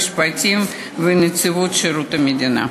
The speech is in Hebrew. המשפטים ונציבות שירות המדינה.